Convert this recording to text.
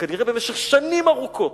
כנראה במשך שנים ארוכות.